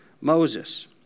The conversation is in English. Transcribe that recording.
Moses